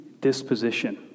disposition